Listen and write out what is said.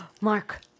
Mark